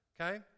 okay